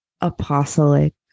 apostolic